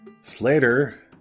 Slater